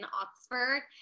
oxford